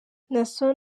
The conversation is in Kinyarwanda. naason